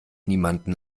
niemanden